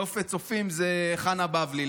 נופת צופים, חנה בבלי.